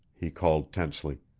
he called tensely.